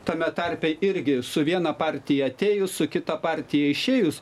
tame tarpe irgi su viena partija atėjo su kita partija išėjus